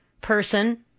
person